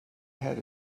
had